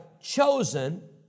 chosen